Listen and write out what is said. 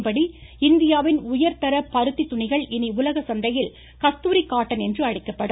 இதன்படி இந்தியாவின் உயர்தர பருத்தி துணிகள் இனி உலக சந்தையில் கஸ்தூரி காட்டன் என்று அழைக்கப்படும்